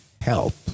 help